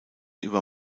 über